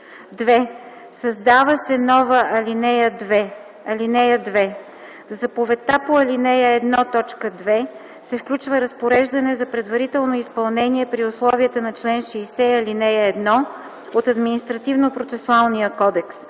2. Създава се нова ал. 2: „(2) В заповедта по ал. 1, т. 2 се включва разпореждане за предварително изпълнение при условията на чл. 60, ал. 1 от Административнопроцесуалния кодекс,